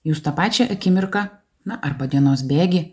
jūs tą pačią akimirką na arba dienos bėgy